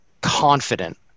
confident